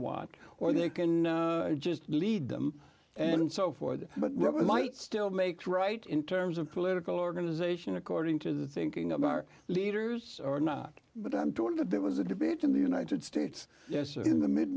want or they can just lead them and so forth but might still makes right in terms of political organization according to the thinking of our leaders or not but i'm told that there was a debate in the united states in the mid